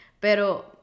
pero